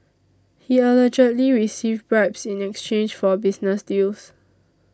he allegedly received bribes in exchange for business deals